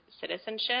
citizenship